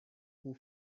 who